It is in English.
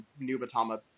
Nubatama